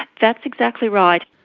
that's exactly right.